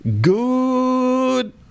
good